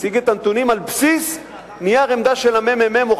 הציג את הנתונים על בסיס נייר עמדה של הממ"מ,